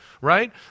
right